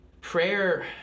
prayer